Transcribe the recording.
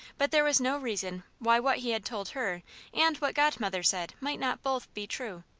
but there was no reason why what he had told her and what godmother said might not both be true.